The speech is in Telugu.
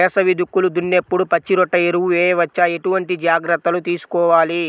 వేసవి దుక్కులు దున్నేప్పుడు పచ్చిరొట్ట ఎరువు వేయవచ్చా? ఎటువంటి జాగ్రత్తలు తీసుకోవాలి?